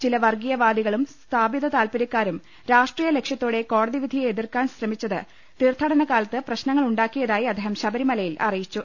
ചില വർഗീയവാദികളും സ്ഥാപിത താൽപ്പര്യക്കാരും രാഷ്ട്രീയ ലക്ഷ്യത്തോടെ കോടതിവിധിയെ എതിർക്കാൻ ശ്രമിച്ചത് തീർത്ഥാ ടനകാലത്ത് പ്രശ്നങ്ങൾ ഉണ്ടാക്കിയതായി അദ്ദേഹം ശബരിമല യിൽ അറിയിച്ചു